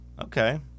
Okay